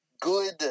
good